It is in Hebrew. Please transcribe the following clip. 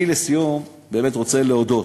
לסיום, אני רוצה להודות,